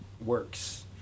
works